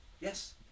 Yes